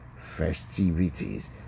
festivities